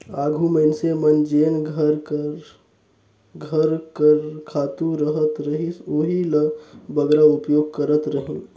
आघु मइनसे मन जेन घर कर घर कर खातू रहत रहिस ओही ल बगरा उपयोग करत रहिन